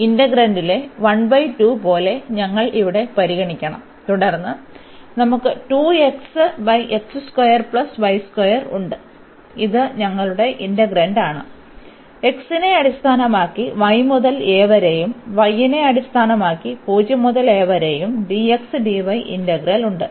ഇന്റഗ്രാൻഡിലെ 12 പോലെ ഞങ്ങൾ ഇവിടെ പരിഗണിക്കണം തുടർന്ന് നമുക്ക് ഉണ്ട് ഇത് ഞങ്ങളുടെ ഇന്റെഗ്രന്റ് ആണ് x നെ അടിസ്ഥാനമാക്കി y മുതൽ a വരെയും y നെ അടിസ്ഥാനമാക്കി 0 മുതൽ a വരെയും dx dy ഇന്റഗ്രൽ ഉണ്ട്